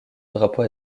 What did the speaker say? drapeau